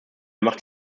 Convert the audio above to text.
macht